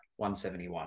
171